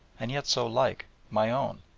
and yet so like, my own.